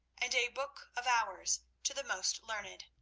and a book of hours to the most learned.